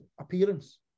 appearance